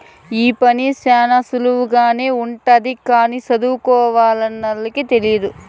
ఈ పని శ్యానా సులువుగానే ఉంటది కానీ సదువుకోనోళ్ళకి తెలియదు